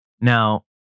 Now